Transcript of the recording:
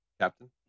Captain